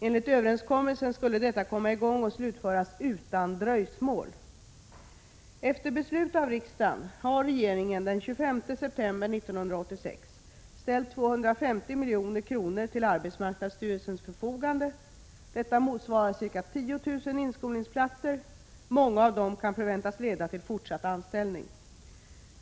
Enligt överenskommelsen skulle detta komma i gång och slutföras utan dröjsmål. Efter beslut av riksdagen har regeringen den 25 september 1986 ställt 250 milj.kr. till arbetsmarknadsstyrelsens förfogande. Detta motsvarar ca 10 000 inskolningsplatser. Många av dem kan förväntas leda till fortsatt anställning.